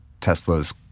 Tesla's